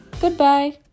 Goodbye